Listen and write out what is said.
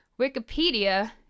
Wikipedia